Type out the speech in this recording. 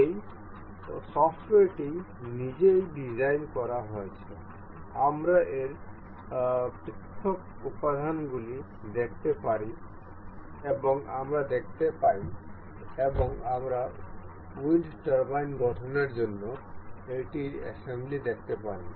এই সফ্টওয়্যারটি নিজেই ডিজাইন করা হয়েছে আমরা এর পৃথক উপাদানগুলি দেখতে পারি এবং আমরা দেখতে পাই এবং আমরা উইন্ড টারবাইন গঠনের জন্য এটির অ্যাসেম্বলি দেখতে পারি